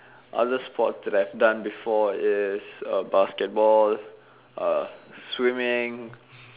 others sport that I have done before is uh basketball and swimming